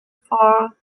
for